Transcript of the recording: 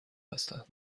هستند